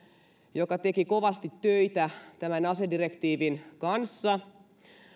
joka teki kovasti töitä tämän asedirektiivin kanssa